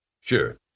Sure